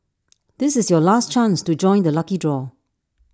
this is your last chance to join the lucky draw